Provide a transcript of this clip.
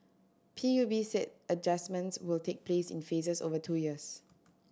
P U B said adjustments will take place in phases over two years